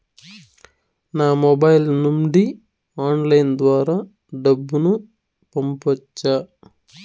నా మొబైల్ నుండి ఆన్లైన్ ద్వారా డబ్బును పంపొచ్చా